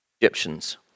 Egyptians